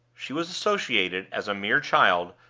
she was associated, as a mere child,